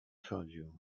chodził